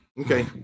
Okay